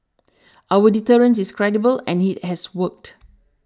our deterrence is credible and it has worked